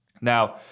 Now